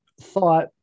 thought